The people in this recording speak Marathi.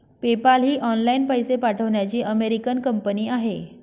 पेपाल ही ऑनलाइन पैसे पाठवण्याची अमेरिकन कंपनी आहे